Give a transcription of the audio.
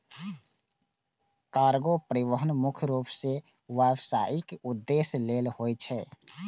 cargo परिवहन मुख्य रूप सं व्यावसायिक उद्देश्य लेल होइ छै